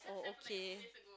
oh okay